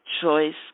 choice